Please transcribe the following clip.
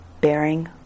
bearing